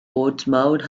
portsmouth